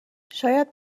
شاید